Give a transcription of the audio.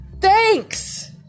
thanks